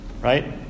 Right